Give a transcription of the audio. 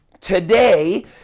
Today